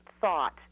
thought